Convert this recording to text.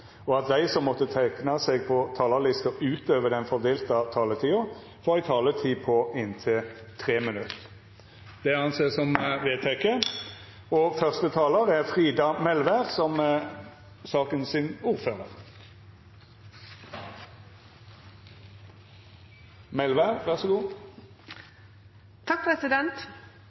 og at dei som måtte teikna seg på talarlista utover den fordelte taletida, får ei taletid på inntil 3 minutt. – Det er vedteke. Som saksordførar vil eg takke komiteen for eit veldig godt samarbeid i denne saka, eit samarbeid som